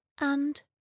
And